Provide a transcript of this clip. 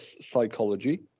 psychology